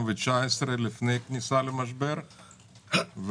לפני הכניסה למשבר,